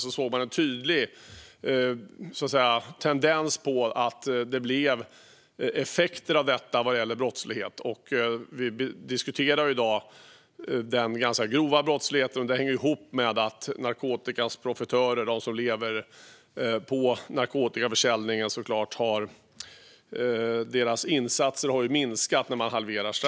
Man såg en tydlig tendens till effekter av detta vad gäller brottslighet - vi diskuterar i dag den ganska grova brottsligheten. Det hänger ihop med att insatserna för narkotikans profitörer, som lever på narkotikaförsäljningen, såklart har minskat när straffen halverats.